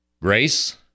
Grace